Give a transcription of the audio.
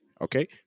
okay